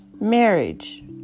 Marriage